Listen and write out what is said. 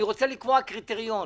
אני רוצה לקבוע קריטריון,